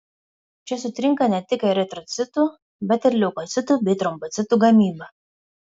čia sutrinka ne tik eritrocitų bet ir leukocitų bei trombocitų gamyba